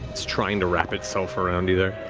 it's trying to wrap itself around you there.